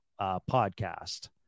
podcast